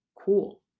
cool